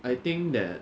like